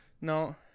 no